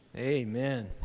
amen